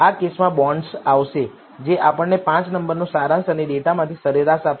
આ કેસમાં બોન્ડ્સ આવશે જે આપણને 5 નંબરનો સારાંશ અને ડેટામાંથી સરેરાશ આપશે